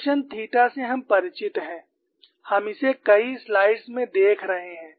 function theta से हम परिचित हैं हम इसे कई स्लाइड्स में देख रहे हैं